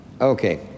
Okay